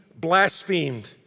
blasphemed